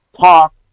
talk